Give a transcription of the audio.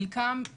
חלקם יערות,